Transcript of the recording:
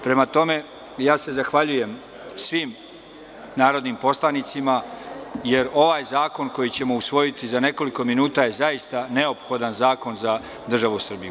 Prema tome, zahvaljujem se svim narodnim poslanicima, jer ovaj zakon koji ćemo usvojiti za nekoliko minuta je zaista neophodan zakon za državu Srbiju.